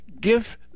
give